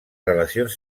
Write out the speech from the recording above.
relacions